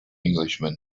englishman